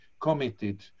committed